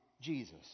Jesus